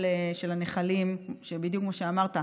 של נהר הירדן, גם של הנחלים, שבדיוק כמו שאמרת,